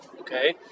Okay